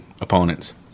opponents